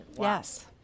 Yes